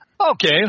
Okay